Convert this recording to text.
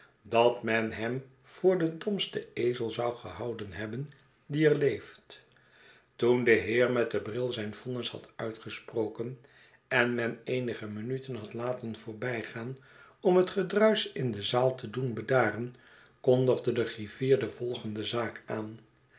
dat men hem voor den domsten ezel zou gehouden hebben die er leeft toen de heer met den bril zijn vonnis had uitgesproken en men eenige minuten had laten voorbijgaan om het gedruisch in de zaal te doen bedaren kondigde de griffier de yolgende zaak aan